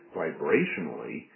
vibrationally